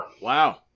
Wow